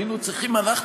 היינו צריכים אנחנו,